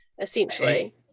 essentially